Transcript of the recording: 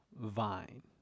vine